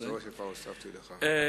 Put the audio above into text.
כבר הוספתי לך.